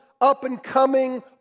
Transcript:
up-and-coming